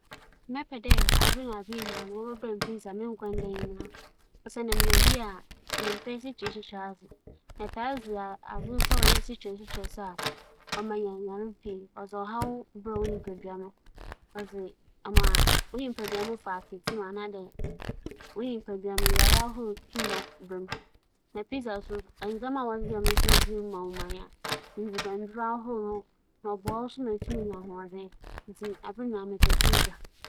Esiam a wͻdze ndzɛmba afora a wͻto nna mebedzi me nkwa nda nyinaa a, nna ͻno me yamu na ͻbetsim ma annhwɛ a, munntum nngya me nan na mbom atafer atafer dze a ͻyɛ dɛw dze, ͻno mebɛpɛ kyɛn ͻno koraa siantsir nye dɛ ͻwͻ mu dɛ esikyire wͻ mu dze naaso mobotum ama wͻdze nduaba nduaba ayɛ a memmfa esikyire nnto mu.